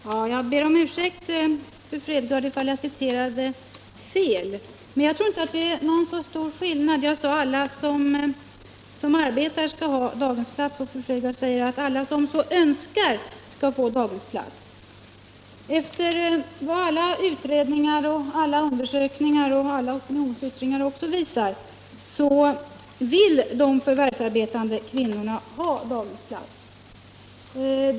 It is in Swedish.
Herr talman! Jag ber om ursäkt, fru Fredgardh, om jag citerade fel. Men jag tror inte att skillnaden var så stor. Jag sade att alla som arbetar skall ha daghemsplats för sina barn, och fru Fredgardh säger att alla som så önskar skall få daghemsplats. Alla företagna utredningar, undersökningar och opinionsmätningar visar att de förvärvsarbetande kvinnorna vill ha daghemsplatser.